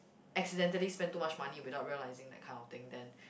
accidentally spend too much money without realising that kind of thing then